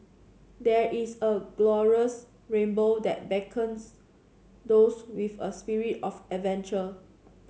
there is a glorious rainbow that beckons those with a spirit of adventure